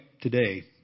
today